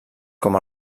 com